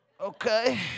okay